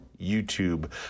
YouTube